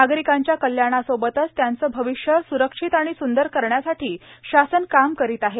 नागरिकांच्या कल्याणासोबतच त्यांचे अविष्य स्रक्षित सुंदर करण्यासाठी शासन काम करीत आहे